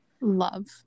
love